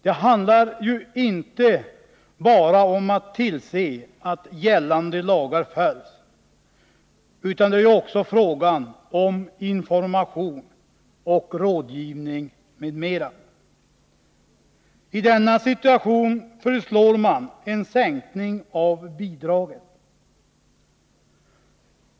Det handlar inte bara om att tillse att gällande lagar följs, utan det är också fråga om information, rådgivning m.m. I denna situation föreslås en sänkning av bidraget.